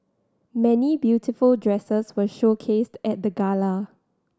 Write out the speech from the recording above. many beautiful dresses were showcased at the gala